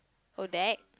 oh that